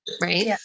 Right